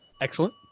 excellent